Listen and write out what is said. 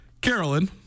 Carolyn